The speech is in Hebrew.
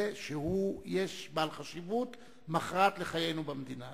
שהוא בעל חשיבות מכרעת לחיינו במדינה הזאת.